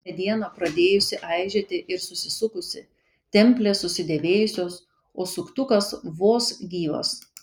mediena pradėjusi eižėti ir susisukusi templės susidėvėjusios o suktukas vos gyvas